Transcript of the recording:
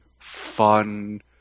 fun